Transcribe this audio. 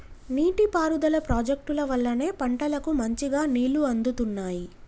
నీటి పారుదల ప్రాజెక్టుల వల్లనే పంటలకు మంచిగా నీళ్లు అందుతున్నాయి